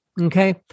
Okay